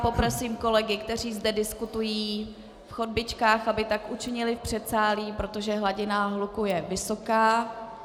Poprosím kolegy, kteří zde diskutují v chodbičkách, aby tak učinili v předsálí, protože hladina hluku je vysoká.